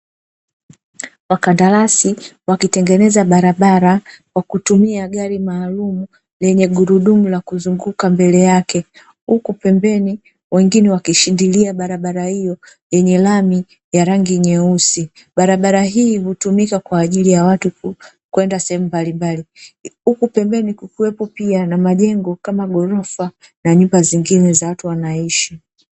Wakandarasi wakitengeneza barabara kwa kutumia gari maalumu lenye gurudumu la kuzunguka mbele yake, huku pembeni wengine wakishindilia barabara hiyo yenye rami ya rangi nyeusi, barabara hii hutumika kwa ajili ya watu kwenda sehemu mbalimbali, huku pembeni kukiwepo pia na maghorofa na nyumba zingine za watu wanaishi.